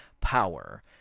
power